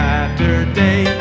Saturday